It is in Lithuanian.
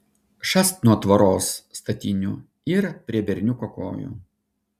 šast nuo tvoros statinių ir prie berniuko kojų